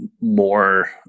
more